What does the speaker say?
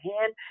hand